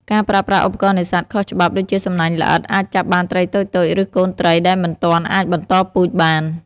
ការប្រើប្រាស់ឧបករណ៍នេសាទខុសច្បាប់ ដូចជាសំណាញ់ល្អិត អាចចាប់បានត្រីតូចៗ ឬកូនត្រីដែលមិនទាន់អាចបន្តពូជបាន។